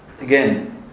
again